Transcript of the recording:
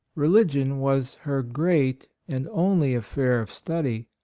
religion was her great and only affair of study.